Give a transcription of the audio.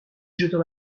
jetant